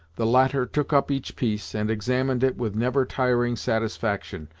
the latter took up each piece, and examined it with never tiring satisfaction,